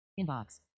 inbox